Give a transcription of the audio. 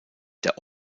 der